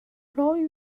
probably